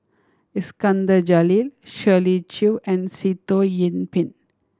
Iskandar Jalil Shirley Chew and Sitoh Yih Pin